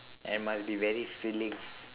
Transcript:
and must be very filling